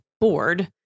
board